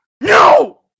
No